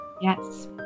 yes